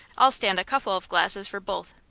i'll stand a couple of glasses for both.